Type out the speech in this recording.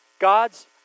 God's